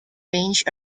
range